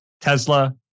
Tesla